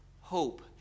hope